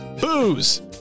Booze